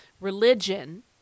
religion